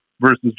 versus